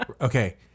Okay